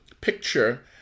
picture